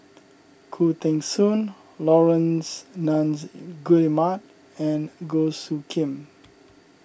Khoo Teng Soon Laurence Nunns Guillemard and Goh Soo Khim